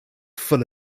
full